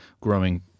growing